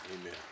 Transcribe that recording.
Amen